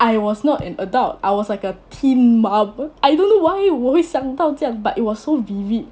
I was not an adult I was like a teen mom I don't know why 我会想到这样 but it was so vivid